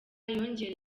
yongereye